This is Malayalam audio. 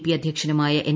പി അധ്യക്ഷനുമായ എൻ